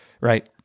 right